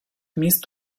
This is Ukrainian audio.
міст